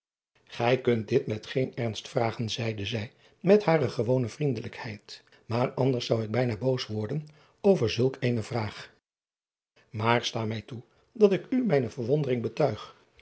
ij kunt dit met geen ernst vragen zeide zij met hare gewone vriendelijkheid maar anders zou ik bijna boos worden over zulk eene vraag maar sta mij toe dat ik u mijne verwondering betuig